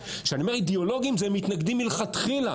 כשאני אומר אידיאולוגיים זה מתנגדים מלכתחילה